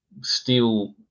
steel